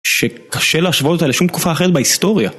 שקשה להשוות אותה לשום תקופה אחרת בהיסטוריה.